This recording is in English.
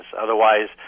Otherwise